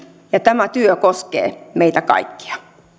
ja tämä työ koskee meitä kaikkia